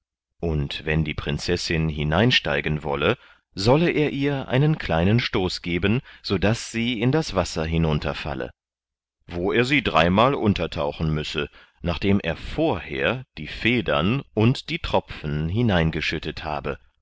und wenn die prinzessin hineinsteigen wolle solle er ihr einen kleinen stoß geben sodaß sie in das wasser hinunterfalle wo er sie dreimal untertauchen müsse nachdem er vorher die federn und die tropfen hineingeschüttet habe